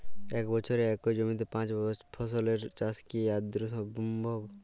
এক বছরে একই জমিতে পাঁচ ফসলের চাষ কি আদৌ সম্ভব?